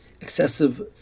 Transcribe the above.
excessive